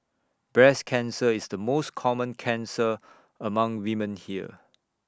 breast cancer is the most common cancer among women here